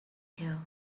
here